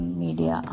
media